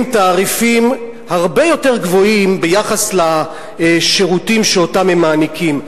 תעריפים הרבה יותר גבוהים ביחס לשירותים שהם מעניקים,